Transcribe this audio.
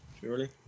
Surely